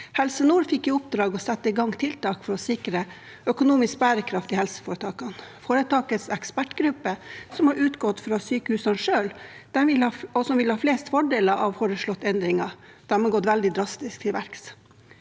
Helse Nord fikk i oppdrag å sette i gang tiltak for å sikre økonomisk bærekraft i helseforetakene. Foretakets ekspertgruppe, som har utgått fra sykehusene selv, og som vil ha flest fordeler av foreslåtte endringer, har gått veldig drastisk til verks.